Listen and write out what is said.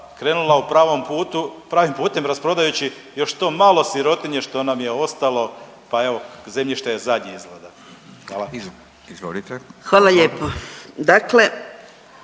krenula u pravom putu, pravim putem rasprodajući još to malo sirotinje što nam je ostalo, pa evo zemljište je zadnje izgleda? Hvala. **Radin, Furio